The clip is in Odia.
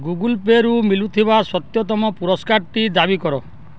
ଗୁଗଲ୍ ପେରୁ ମିଳୁଥିବା ସଦ୍ୟତମ ପୁରସ୍କାରଟି ଦାବି କର